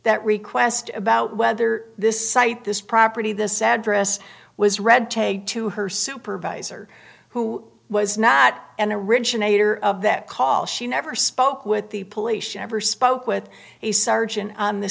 that request about whether this site this property this address was red tape to her supervisor who was not an originator of that call she never spoke with the police she never spoke with a sergeant on the